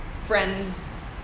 friends